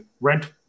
rent